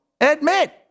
admit